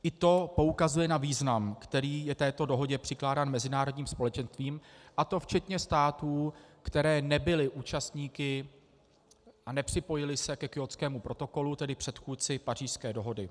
I to poukazuje na význam, který je této dohodě přikládán mezinárodním společenstvím, a to včetně států, které nebyly účastníky a nepřipojily se ke Kjótskému protokolu, tedy předchůdci Pařížské dohody.